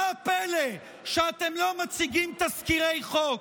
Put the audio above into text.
מה הפלא שאתם לא מציגים תזכירי חוק?